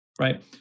Right